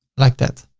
like that.